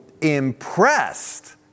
impressed